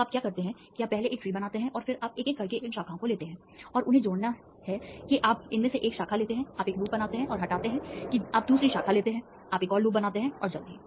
तो आप क्या करते हैं कि आप पहले एक ट्री बनाते हैं और फिर आप एक एक करके इन शाखाओं को लेते हैं और उन्हें जोड़ते हैं कि आप इनमें से एक शाखा लेते हैं आप एक लूप बनाते हैं और हटाते हैं कि आप दूसरी शाखा लेते हैं आप एक और लूप बनाते हैं और जल्द ही